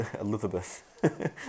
Elizabeth